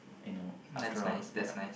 I know after all ya